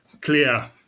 clear